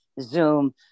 Zoom